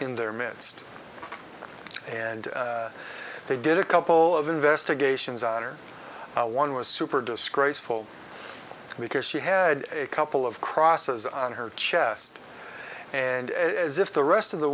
midst and they did a couple of investigations on her one was super disgraceful because she had a couple of crosses on her chest and as if the rest of the